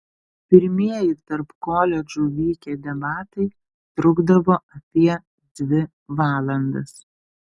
pirmieji tarp koledžų vykę debatai trukdavo apie dvi valandas